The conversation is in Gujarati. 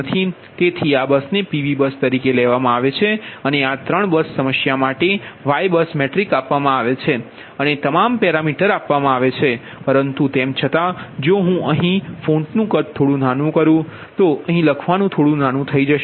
તેથી આ બસને PV બસ તરીકે લેવામાં આવે છે અને આ 3 બસ સમસ્યા માટે Y બસ મેટ્રિક્સ આપવામાં આવે છે અને તમામ પેરામીટર આપવામાં આવે છે પરંતુ તેમ છતાં જો હું અહીં ફોન્ટનું કદ થોડું નાનું કરું તો અહીં લખવાનું થોડું નાનું થઈ જાય છે